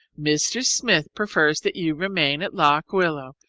mr. smith prefers that you remain at lock willow.